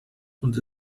und